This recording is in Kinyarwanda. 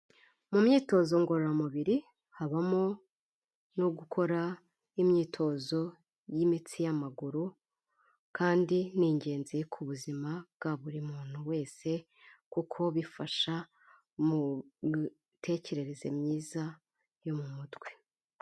Mu myitozo ngororamubiri habamo no gukora imyitozo y'imitsi y'amaguru kandi ni ingenzi ku buzima bwa buri muntu wese kuko bifasha mu mitekerereze myiza yo mu mutwe.